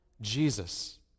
Jesus